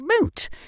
moot